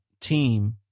team